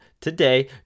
today